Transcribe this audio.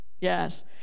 Yes